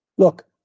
Look